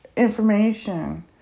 information